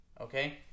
Okay